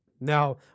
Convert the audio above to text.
Now